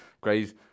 Great